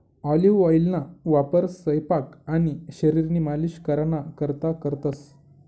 olive ऑइलना वापर सयपाक आणि शरीरनी मालिश कराना करता करतंस